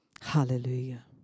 Hallelujah